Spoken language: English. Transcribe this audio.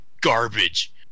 garbage